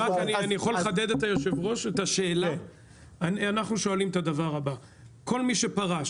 אחדד את השאלה של היושב-ראש: כל מי שפרש,